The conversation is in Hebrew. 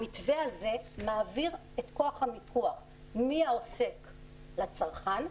המתווה הזה מעביר את כוח המיקוח מהעוסק לצרכן,